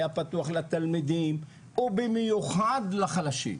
היה פתוח לתלמידים ובמיוחד לחלשים.